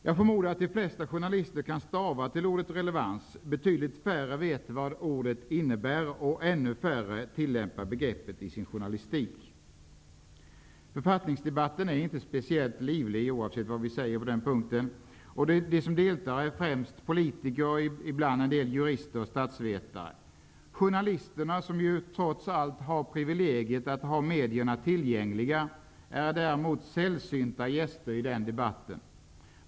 Jag förmodar att de flesta journalister kan stava till ordet relevans -- betydligt färre vet vad ordet innebär, och ännu färre tillämpar begreppet i sin journalistik. Författningsdebatten är inte speciellt livlig -- oavsett vad vi säger på den punkter -- och de som deltar är främst politiker och ibland jurister och statsvetare. Journalisterna, som trots allt har privilegiet att ha medierna tillgängliga, är däremot sällsynta gäster i den debatten.